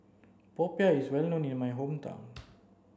Popiah is well known in my hometown